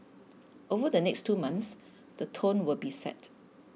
over the next two months the tone will be set